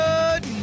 Good